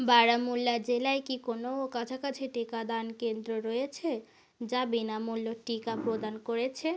বারামুল্লা জেলায় কি কোনো কাছাকাছি টিকাদান কেন্দ্র রয়েছে যা বিনামূল্য টিকা প্রদান করেছে